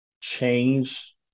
change